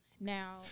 Now